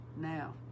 now